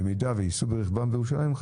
אם ייסעו ברכבם בירושלים,